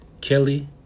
Kelly